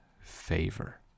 favor